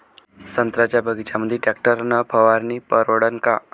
संत्र्याच्या बगीच्यामंदी टॅक्टर न फवारनी परवडन का?